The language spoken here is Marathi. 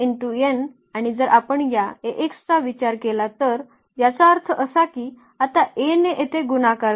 m×n आणि जर आपण या चा विचार केला तर याचा अर्थ असा की आता A ने येथे गुणाकार करेल